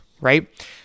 right